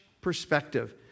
perspective